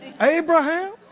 Abraham